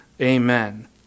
Amen